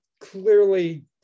clearly